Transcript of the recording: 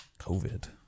COVID